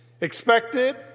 expected